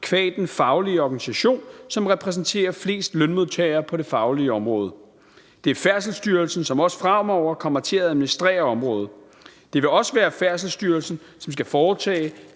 qua den faglige organisation, som repræsenterer flest lønmodtagere på det faglige område. Det er Færdselsstyrelsen, som også fremover kommer til at administrere området. Det vil også være Færdselsstyrelsen, som skal foretage